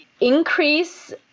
increase